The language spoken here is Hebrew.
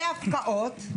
הפקעות,